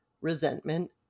Resentment